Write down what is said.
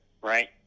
right